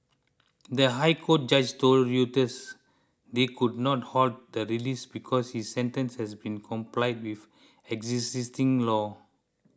the High Court judges told Reuters they could not halt the release because his sentence has been complied with existing law